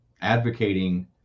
advocating